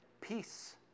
Peace